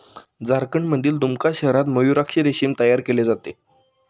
झारखंडमधील दुमका शहरात मयूराक्षी रेशीम तयार केले जाते